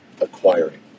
acquiring